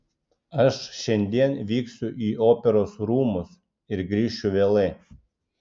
aš šiandien vyksiu į operos rūmus ir grįšiu vėlai